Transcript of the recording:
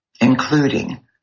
including